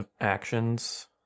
actions